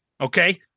Okay